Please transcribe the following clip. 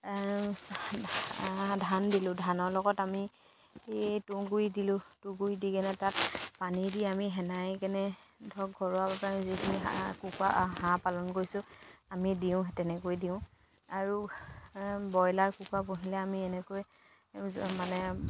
ধান দিলোঁ ধানৰ লগত আমি এই তুঁহ গুৰি দিলোঁ তুঁহ গুড়ি দি কিনে তাত পানী দি আমি সানি কেনে ধৰক ঘৰুৱা যিখিনি কুকৰা হাঁহ পালন কৰিছোঁ আমি দিওঁ তেনেকৈ দিওঁ আৰু ব্ৰইলাৰ কুকুৰা পুহিলে আমি এনেকৈ মানে